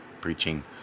preaching